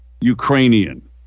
Ukrainian